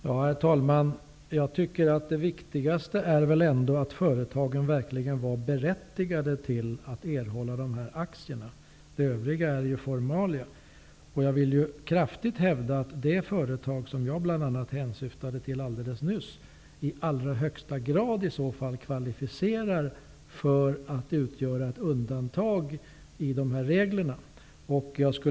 Herr talman! Jag tycker att det viktigaste ändå är att företagen verkligen var berättigade till att erhålla dessa aktier. Det övriga är ju formalia. Jag vill kraftigt hävda att det företag som jag hänsyftade till alldeles nyss i allra högsta grad i så fall kvalificerar för att utgöra ett undantag i dessa regler.